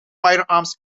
firearms